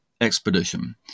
expedition